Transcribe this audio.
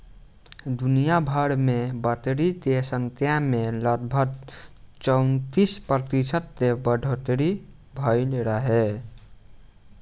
दुनियाभर में बकरी के संख्या में लगभग चौंतीस प्रतिशत के बढ़ोतरी भईल रहे